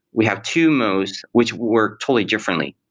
we have two modes, which work fully differently.